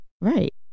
Right